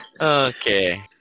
okay